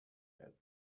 goods